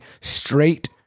straight